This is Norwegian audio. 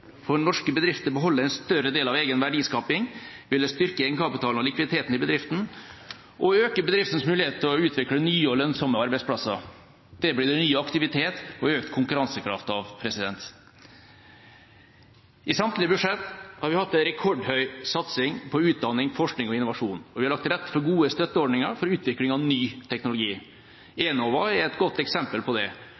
når norske bedrifter beholder en større del av egen verdiskaping, vil det styrke egenkapitalen og likviditeten i bedriften og øke bedriftens muligheter til å utvikle nye og lønnsomme arbeidsplasser. Det blir det ny aktivitet og økt konkurransekraft av. I samtlige budsjett har vi hatt en rekordhøy satsing på utdanning, forskning og innovasjon, og vi har lagt til rette for gode støtteordninger for utvikling av ny teknologi.